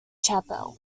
chapel